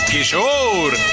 Kishore